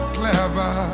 clever